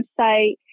website